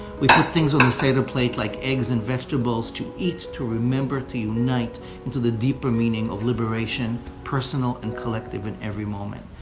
we put things on the seder plate like eggs and vegetables to eat, to remember, to unite into the deeper meaning of liberation, personal and collective in every moment.